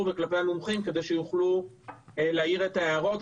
וכלפי המומחים כדי שיוכלו להעיר את ההערות.